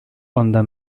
ondas